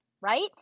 right